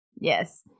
Yes